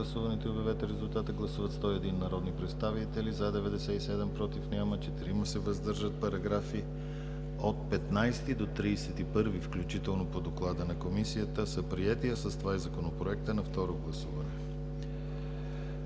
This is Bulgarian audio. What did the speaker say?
приети, а с това и Законопроектът на второ гласуване.